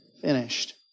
finished